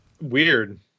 Weird